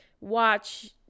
watch